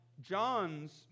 John's